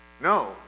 No